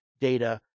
data